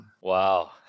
Wow